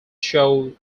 show